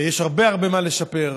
יש הרבה הרבה מה לשפר.